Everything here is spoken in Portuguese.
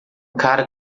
cara